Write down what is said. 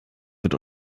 wird